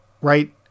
right